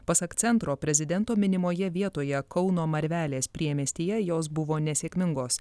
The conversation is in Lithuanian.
pasak centro prezidento minimoje vietoje kauno marvelės priemiestyje jos buvo nesėkmingos